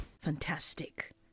Fantastic